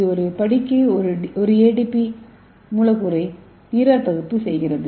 இது ஒரு படிக்கு ஒரு ஏடிபி மூலக்கூறை நீராற்பகுப்பு செய்கிறது